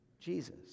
Jesus